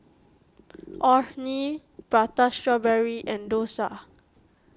Orh Nee Prata Strawberry and Dosa